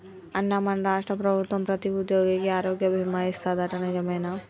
అన్నా మన రాష్ట్ర ప్రభుత్వం ప్రతి ఉద్యోగికి ఆరోగ్య బీమా ఇస్తాదట నిజమేనా